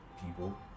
people